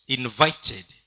invited